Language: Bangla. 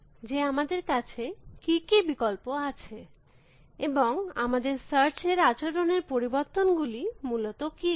এবং তার পরে আমরা বিভিন্ন কৌশলের আচরণ এর বিষয়টি দেখব যেটি বলে যে আমাদের কাছে কী কী বিকল্প আছে এবং আমদের সার্চ এর আচরণের পরিবর্তন গুলি মূলত কী